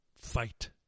Fight